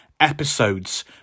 episodes